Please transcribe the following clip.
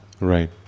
Right